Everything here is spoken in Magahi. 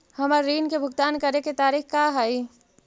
हमर ऋण के भुगतान करे के तारीख का हई?